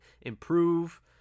improve